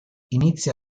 inizia